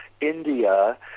india